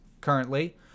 currently—